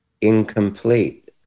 incomplete